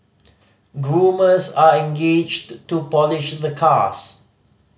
groomers are engaged to polish the cars